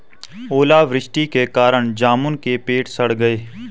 ओला वृष्टि के कारण जामुन के पेड़ सड़ गए